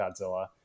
Godzilla